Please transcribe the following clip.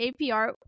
apr